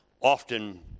Often